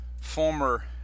former